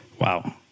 Wow